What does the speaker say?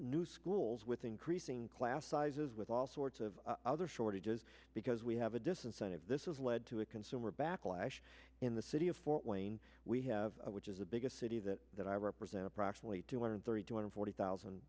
new schools with increasing class sizes with all sorts of other shortages because we have a disincentive this is led to a consumer backlash in the city of fort wayne we have which is the biggest city that that i represent approximately two hundred thirty two hundred forty thousand